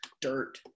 dirt